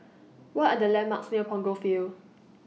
What Are The landmarks near Punggol Field